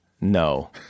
No